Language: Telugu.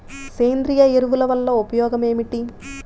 సేంద్రీయ ఎరువుల వల్ల ఉపయోగమేమిటీ?